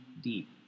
deep